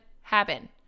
happen